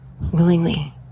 willingly